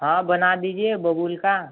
हाँ बना दीजिए बबूल का